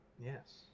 Yes